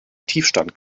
tiefstand